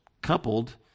coupled